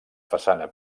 façana